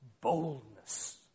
boldness